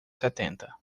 setenta